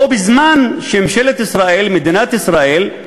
בו בזמן שממשלת ישראל, מדינת ישראל,